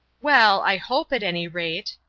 well, i hope, at any rate,